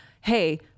hey